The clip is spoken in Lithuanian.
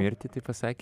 mirtį taip pasakė